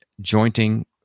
jointing